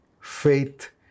faith